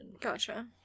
Gotcha